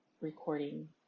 recording